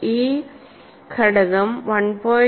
ഈ ഘടകം 1